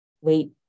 wait